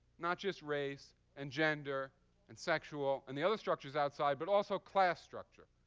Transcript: not just race and gender and sexual and the other structures outside, but also class structure.